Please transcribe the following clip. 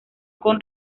con